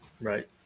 Right